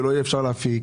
ולא יהיה אפשר להפיק,